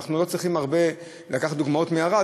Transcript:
אנחנו לא צריכים לקחת דוגמאות מערד,